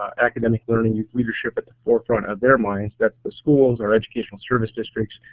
academic learning, youth leadership at the forefront of their minds that the schools or educational service districts,